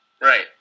Right